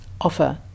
offer